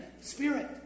spirit